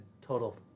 total